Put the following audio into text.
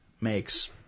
makes